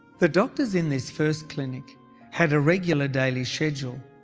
the doctors in this first clinic had a regular daily schedule.